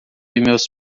meus